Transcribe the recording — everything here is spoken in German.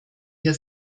hier